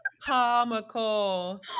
comical